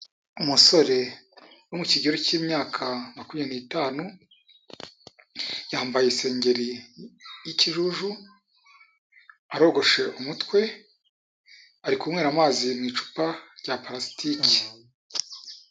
Umusore wo mu kigero cy'imyaka makumya n'itanu, yambaye isengeri y'ikijuju, arogoshe umutwe, ari kunywera amazi mu icupa rya palasitiki.